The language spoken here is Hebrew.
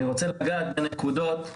אני רוצה לגעת בנקודות,